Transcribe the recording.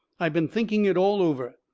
i've been thinking it all over.